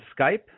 Skype